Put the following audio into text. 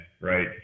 right